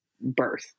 birth